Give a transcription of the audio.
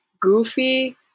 Goofy